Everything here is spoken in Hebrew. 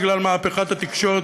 בגלל מהפכת התקשורת,